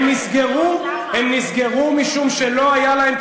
הם נסגרו משום שלא הייתה להם,